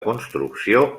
construcció